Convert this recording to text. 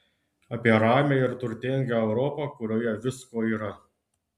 apie ramią ir turtingą europą kurioje visko yra